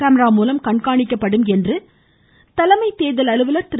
கேமராக்கள் மூலம் கண்காணிக்கப்படும் என்று தலைமை தேர்தல் அலுவலர் திரு